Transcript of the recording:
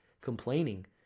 complaining